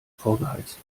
vorgeheizt